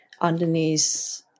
underneath